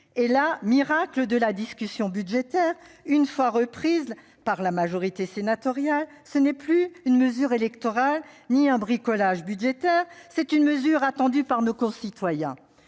Et là, miracle de la discussion budgétaire : une fois reprise par la majorité sénatoriale, ce n'est plus une mesure électorale ni du bricolage budgétaire, mais une mesure attendue par nos concitoyens